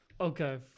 Okay